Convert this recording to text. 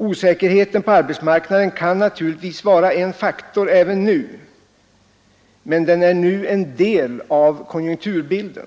Osäkerheten på arbetsmarknaden kan naturligtvis vara en faktor även nu, men den är en del av konjunkturbilden.